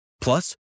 Plus